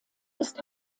ist